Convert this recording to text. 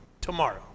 tomorrow